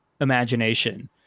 imagination